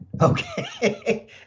Okay